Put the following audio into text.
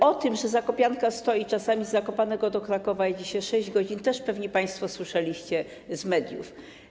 O tym, że zakopianka stoi - czasami z Zakopanego do Krakowa jedzie się 6 godzin - też pewnie państwo słyszeliście z mediów.